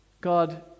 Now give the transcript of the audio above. God